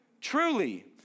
Truly